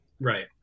Right